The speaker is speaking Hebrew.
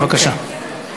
בבקשה.